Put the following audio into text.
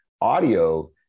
audio